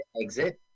exit